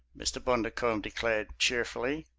mr. bundercombe declared cheerfully.